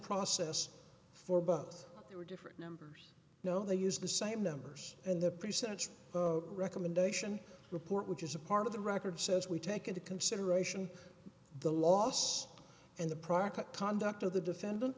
process for both they were different numbers no they used the same numbers and the pre sets recommendation report which is a part of the record says we take into consideration the loss and the private conduct of the defendant